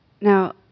Now